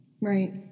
Right